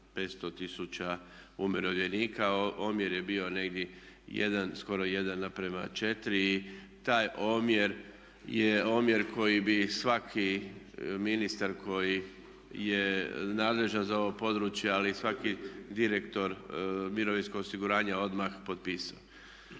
500 tisuća umirovljenika, omjer je bio negdje skoro 1:4. Taj omjer je omjer koji bi svaki ministar koji je nadležan za ovo područje ali i svaki direktor mirovinskog osiguranja odmah potpisao.